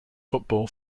football